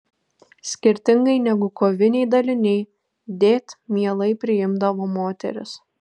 skirtingai negu koviniai daliniai dėt mielai priimdavo moteris